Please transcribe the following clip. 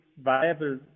viable